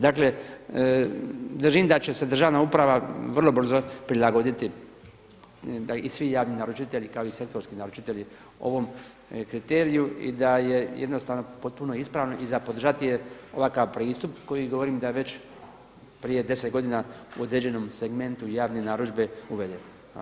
Dakle, držim da će se državna uprava vrlo brzo prilagoditi da, i svi javni naručitelji kao i sektorski naručitelji, ovom kriteriju i da je jednostavno potpuno ispravno i za podržati je ovakav pristup koji govorim da je već prije 10 godina u određenom segmentu javne narudžbe uvedene.